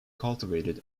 cultivated